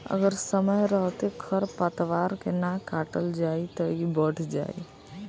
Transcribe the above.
अगर समय रहते खर पातवार के ना काटल जाइ त इ बढ़ जाइ